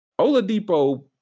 Oladipo